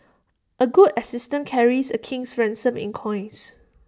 A good assistant carries A king's ransom in coins